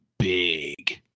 big